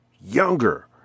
younger